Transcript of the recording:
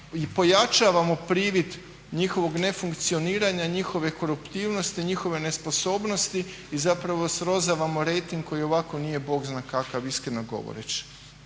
i pojačavamo privid njihovog ne funkcioniranja, njihove koruptivnosti, njihove nesposobnosti i srozavamo rejting koji i ovako nije Bog zna kakav iskreno govoreći.